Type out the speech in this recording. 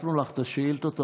צירפנו לך את השאילתות הרגילות,